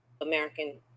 American